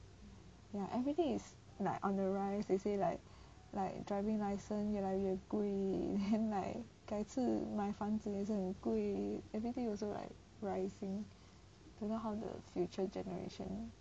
ya everything is like on the rise they say like like driving license 越来越贵 then like 改次买房子也是很贵 everything also like rising don't know how the future generation